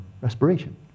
respiration